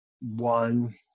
one